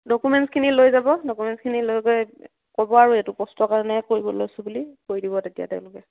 ডকুমেণ্টছখিনি লৈ যাব ডকুমেণ্টছখিনি লৈ গৈ ক'ব আৰু এইটো পোষ্টৰ কাৰণে কৰিব লৈছো বুলি কৰি দিব তেতিয়া তেওঁলোকে